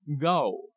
go